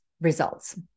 results